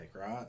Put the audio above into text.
right